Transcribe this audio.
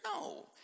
No